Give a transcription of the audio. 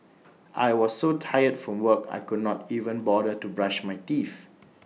I was so tired from work I could not even bother to brush my teeth